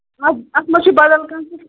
اَتھ اَتھ ما چھُ بدل کانٛہہ تہِ